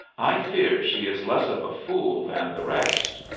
i fear she is less of a fool than the rest.